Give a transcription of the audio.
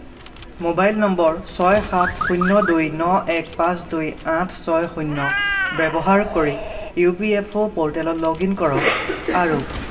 mobile নম্বৰ ছয় সাত শূন্য দুই ন এক পাঁচ দুই আঠ ছয় শূন্য ব্যৱহাৰ কৰি ইপিএফঅ' প'ৰ্টেলত লগ ইন কৰক আৰু